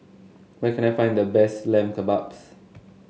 where can I find the best Lamb Kebabs